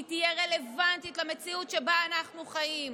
שהיא תהיה רלוונטית למציאות שבה אנחנו חיים.